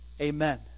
Amen